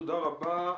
תודה רבה.